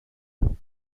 nuevo